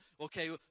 okay